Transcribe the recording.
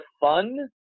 fun